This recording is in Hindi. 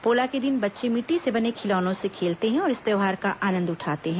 पोला के दिन बच्चे मिट्टी से बने खिलौनों से खेलते हैं और इस त्यौहार का आनंद उठाते हैं